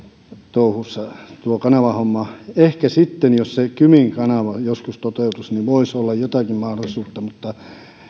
touhussa tuossa kanavahommassa ehkä sitten jos se kymin kanava joskus toteutuisi voisi olla jotakin mahdollisuutta mutta